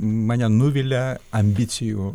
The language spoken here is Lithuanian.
mane nuvilia ambicijų